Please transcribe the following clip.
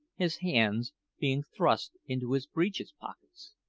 his hands being thrust into his breeches pockets.